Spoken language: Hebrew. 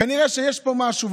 כנראה שיש פה משהו.